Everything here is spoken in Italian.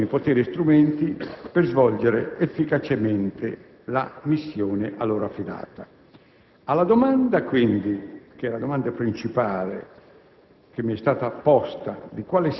assegnando loro funzioni, poteri e strumenti per svolgere efficacemente la missione a loro affidata. Alla domanda quindi - che è la domanda principale